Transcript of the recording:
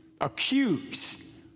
accuse